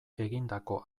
egindako